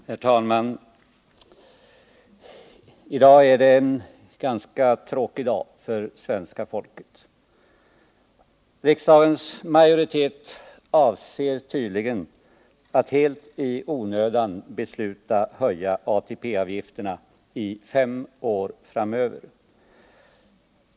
Herr talman! I dag är det en ganska tråkig dag för svenska folket. Riksdagens majoritet avser tydligen att helt i onödan besluta höja ATP avgifterna under fem år framöver.